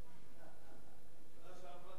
בשנה שעברה גם בחרת בו?